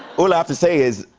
all i have to say is,